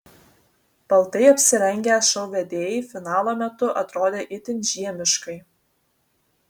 baltai apsirengę šou vedėjai finalo metu atrodė itin žiemiškai